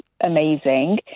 amazing